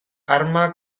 arma